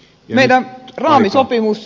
meidän raamisopimus